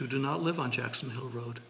who do not live in jackson hole road